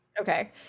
okay